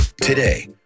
Today